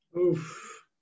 Oof